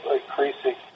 increasing